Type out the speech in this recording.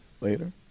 Later